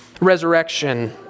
resurrection